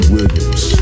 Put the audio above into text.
Williams